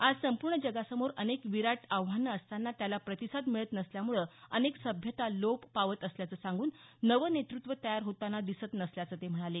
आज संपूर्ण जगासमोर अनेक विराट आव्हानं असतांना त्याला प्रतिसाद मिळत नसल्यामुळं अनेक सभ्यता लोप पावत असल्याचं सांगून नवं नेतृत्व तयार होताना दिसत नसल्याचं ते म्हणाले